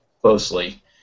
closely